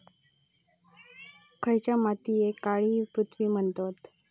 खयच्या मातीयेक काळी पृथ्वी म्हणतत?